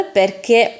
perché